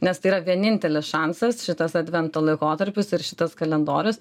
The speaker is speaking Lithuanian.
nes tai yra vienintelis šansas šitas advento laikotarpis ir šitas kalendorius